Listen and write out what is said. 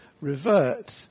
revert